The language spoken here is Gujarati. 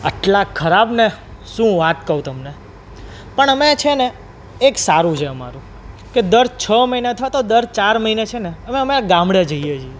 આટલા ખરાબ ને શું વાત કહું તમને પણ અમે છે ને એક સારું છે અમારું કે દર છ મહિને અથવા તો દર ચાર મહિને છે ને અમે અમારાં ગામડે જઈએ છીએ